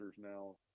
now